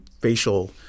facial